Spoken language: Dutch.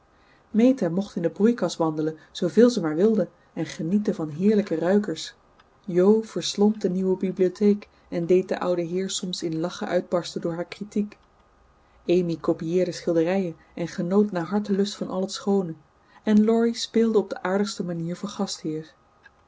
meta mocht in de broeikas wandelen zooveel ze maar wilde en genieten van heerlijke ruikers jo verslond de nieuwe bibliotheek en deed den ouden heer soms in lachen uitbarsten door haar critiek amy copieerde schilderijen en genoot naar hartelust van al het schoone en laurie speelde op de aardigste manier voor gastheer